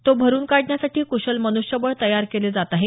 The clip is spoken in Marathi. तो भरुन काढण्यासाठी क्शल मन्ष्यबळ तयार केलं जात आहे